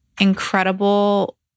incredible